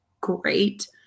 great